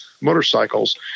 motorcycles